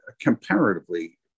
comparatively